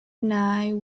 night